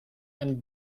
and